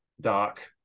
dark